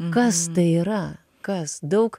kas tai yra kas daug